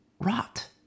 rot